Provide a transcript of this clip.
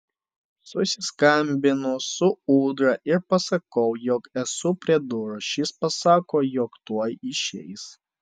susiskambinu su ūdra ir pasakau jog esu prie durų šis pasako jog tuoj išeis